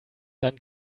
dann